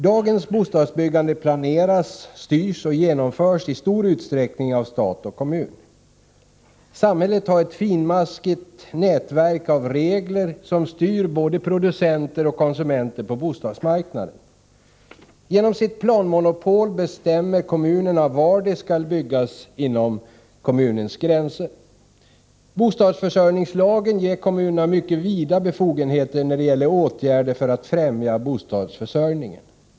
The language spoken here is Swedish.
Dagens bostadsbyggande planeras, styrs och genomförs i stor utsträckning av stat och kommun. Samhället har ett finmaskigt nätverk av regler som styr både producenter och konsumenter på bostadsmarknaden. Genom sitt planmonopol bestämmer kommunerna var det skall byggas inom deras gränser. Bostadsförsörjningslagen ger kommunerna mycket vida befogenheter när det gäller åtgärder för att främja bostadsförsörjningen.